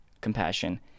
compassion